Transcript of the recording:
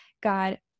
God